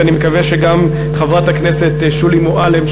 ואני מקווה שגם חברת הכנסת שולי מועלם,